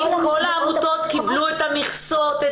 האם כל העמותות קיבלו את המכסות?